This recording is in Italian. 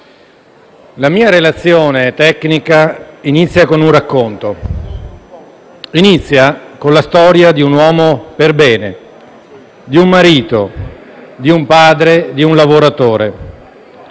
la mia relazione tecnica inizia con un racconto. Inizia con la storia di un uomo perbene, di un marito, di un padre, di un lavoratore,